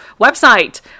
website